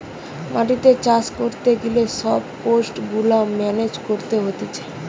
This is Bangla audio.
মাটিতে চাষ করতে গিলে সব পেস্ট গুলা মেনেজ করতে হতিছে